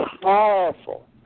powerful